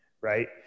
right